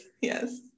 yes